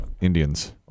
Indians